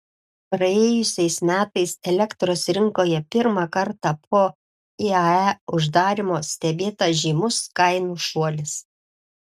praėjusiais metais elektros rinkoje pirmą kartą po iae uždarymo stebėtas žymus kainų šuolis